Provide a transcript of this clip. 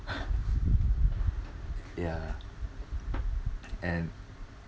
ya and